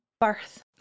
birth